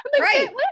right